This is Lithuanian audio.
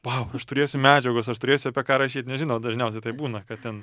vau aš turėsiu medžiagos aš turėsiu apie ką rašyt nežinau dažniausia tai būna kad ten